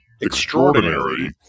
Extraordinary